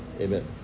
Amen